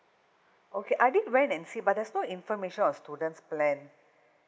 okay I've been there and see but there's no information of student's plan